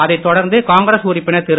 அதைத் தொடர்ந்து காங்கிரஸ் உறுப்பினர் திரு